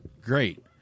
great